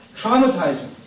traumatizing